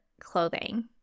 clothing